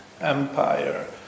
Empire